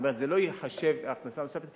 זאת אומרת זה לא ייחשב להכנסה נוספת,